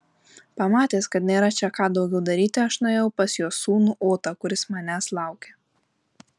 pamatęs kad nėra čia ką daugiau daryti aš nuėjau pas jo sūnų otą kuris manęs laukė